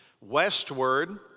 westward